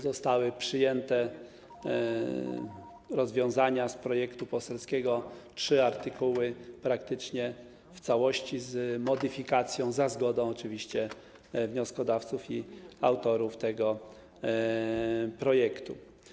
Zostały również przyjęte rozwiązania z projektu poselskiego: trzy artykuły, praktycznie w całości, z modyfikacją, za zgodą oczywiście wnioskodawców i autorów tego projektu.